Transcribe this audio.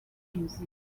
rwe